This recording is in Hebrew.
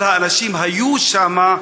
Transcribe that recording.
אבל האנשים היו שם,